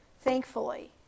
thankfully